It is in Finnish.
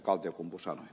kaltiokumpu sanoi